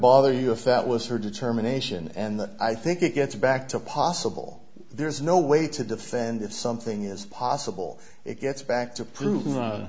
bother you if that was her determination and i think it gets back to possible there is no way to defend if something is possible it gets back to